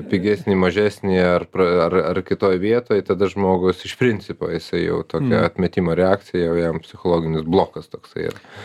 pigesnį mažesnį ar pra ar ar kitoj vietoj tada žmogus iš principo jisai jau tokia atmetimo reakcija jau jam psichologinis blokas toksai yra